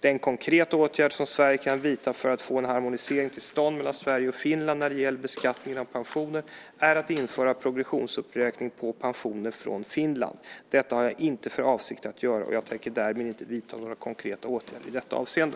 Den konkreta åtgärd som Sverige kan vidta för att få en harmonisering till stånd mellan Sverige och Finland när det gäller beskattningen av pensioner är att införa progressionsuppräkning på pensioner från Finland. Detta har jag inte för avsikt att göra, och jag tänker därmed inte vidta några konkreta åtgärder i detta avseende.